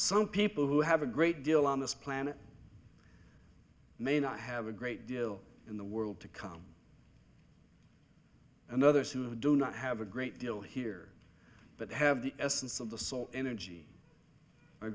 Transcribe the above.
some people who have a great deal on this planet may not have a great deal in the world to come and others who do not have a great deal here but they have the essence of the soul energy